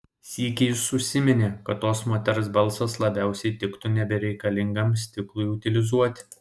sykį jis užsiminė kad tos moters balsas labiausiai tiktų nebereikalingam stiklui utilizuoti